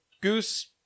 Goose